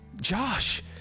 Josh